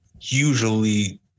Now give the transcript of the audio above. usually